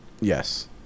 Yes